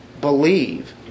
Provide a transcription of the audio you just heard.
believe